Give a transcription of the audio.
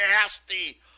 nasty